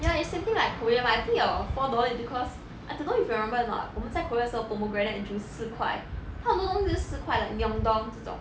ya it's same thing like korea but I think your four dollars is because I don't know if you remember or not 我们在 korea 的时候 pomegranate juice 四块它很多东西是四块 like myeongdong 这种